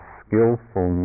skillful